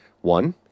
One